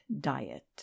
Diet